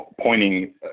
Pointing